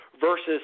versus